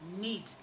need